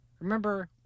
remember